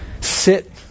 sit